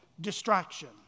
distraction